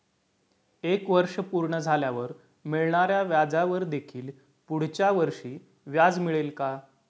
एक वर्ष पूर्ण झाल्यावर मिळणाऱ्या व्याजावर देखील पुढच्या वर्षी व्याज मिळेल का?